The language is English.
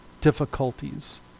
difficulties